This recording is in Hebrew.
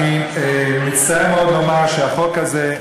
אני מצטער מאוד לומר שהחוק הזה,